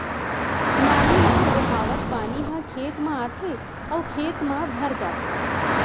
नाली म बोहावत पानी ह खेत म आथे अउ खेत म भर जाथे